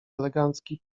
elegancki